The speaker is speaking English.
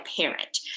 parent